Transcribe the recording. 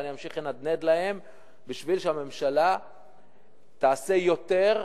ואני אמשיך ואנדנד להם כדי שהממשלה תעשה יותר,